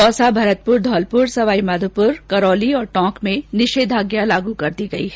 दौसा भरतपुर धौलपुर सवाई माधोपुर और करौली और टोंक में निषेधाज्ञा लागू कर दी गयी है